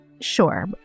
sure